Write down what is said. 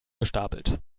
gestapelt